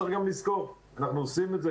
צריך גם לזכור, אנחנו עושים את זה.